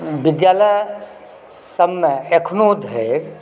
विद्यालय सबमे अखनो धरि